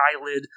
eyelid